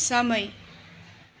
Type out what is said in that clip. समय